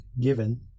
given